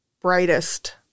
brightest